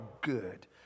good